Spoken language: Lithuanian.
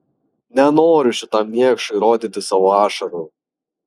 nenoriu šitam niekšui rodyti savo ašarų